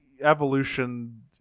evolution